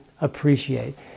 appreciate